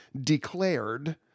declared